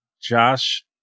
Josh